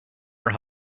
her